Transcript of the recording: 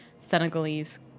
Senegalese